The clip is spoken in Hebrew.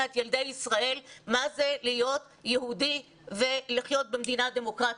את ילדי ישראל מה זה להיות יהודי ולחיות במדינה דמוקרטית.